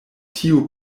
tiu